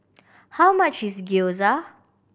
how much is Gyoza